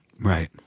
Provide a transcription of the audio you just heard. Right